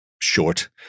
short